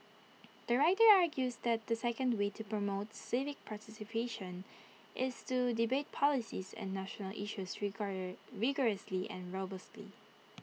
the writer argues that the second way to promote civic participation is to debate policies and national issues rigorously and robustly